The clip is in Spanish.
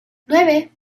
nueve